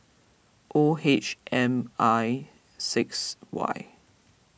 O H M I six Y